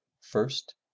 first